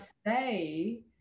stay